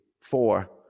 four